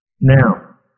Now